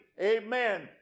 Amen